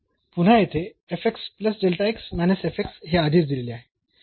तर पुन्हा येथे हे आधीच दिलेले आहे